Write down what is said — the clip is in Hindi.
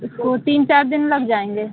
इसको तीन चार दिन लग जाएँगे